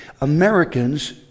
Americans